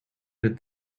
did